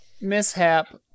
mishap